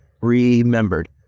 remembered